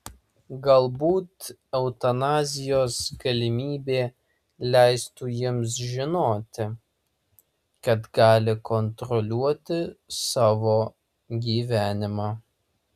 galbūt eutanazijos galimybė leistų jiems žinoti kad gali kontroliuoti savo gyvenimą